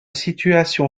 situation